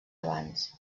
abans